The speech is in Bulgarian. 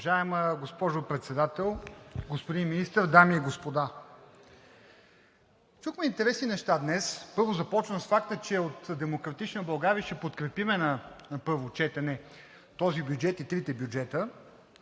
Уважаема госпожо Председател, господин Министър, дами и господа! Чухме интересни неща днес. Започвам с факта, че от „Демократична България“ ще подкрепим на първо четене този бюджет – и трите бюджета,